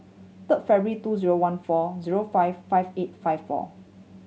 third February two zero one four zero five five eight five four